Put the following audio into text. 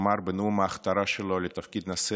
אמר בנאום ההכתרה שלו לתפקיד נשיא